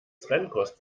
trennkost